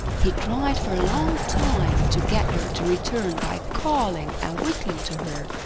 he tried for a long time to get her to return by calling and whistling to her,